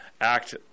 act